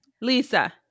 Lisa